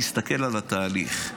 תסתכל על התהליך.